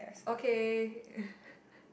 okay